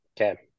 Okay